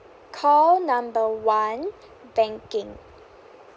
call number one banking